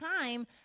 time